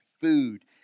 food